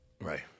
Right